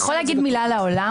אתה יכול להגיד מילה על העולם?